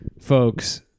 folks